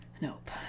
Nope